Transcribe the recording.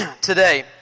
today